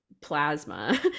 plasma